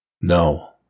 No